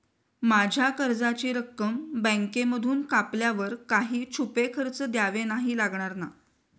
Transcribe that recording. माझ्या कर्जाची रक्कम बँकेमधून कापल्यावर काही छुपे खर्च द्यावे नाही लागणार ना?